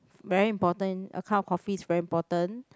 very important account probably is very important